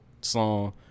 song